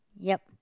yup